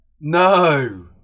No